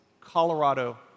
Colorado